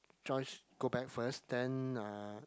Joyce go back first then uh